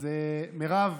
אז מירב,